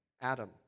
Adam